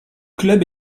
club